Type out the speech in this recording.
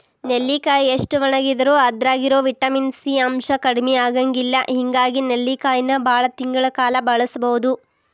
ನೆಲ್ಲಿಕಾಯಿ ಎಷ್ಟ ಒಣಗಿದರೂ ಅದ್ರಾಗಿರೋ ವಿಟಮಿನ್ ಸಿ ಅಂಶ ಕಡಿಮಿ ಆಗಂಗಿಲ್ಲ ಹಿಂಗಾಗಿ ನೆಲ್ಲಿಕಾಯಿನ ಬಾಳ ತಿಂಗಳ ಕಾಲ ಬಳಸಬೋದು